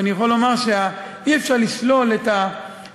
אבל אני יכול לומר שאי-אפשר לשלול את הרעיון